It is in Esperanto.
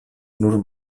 nur